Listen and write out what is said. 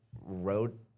wrote